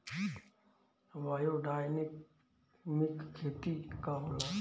Biodynamic खेती का होला?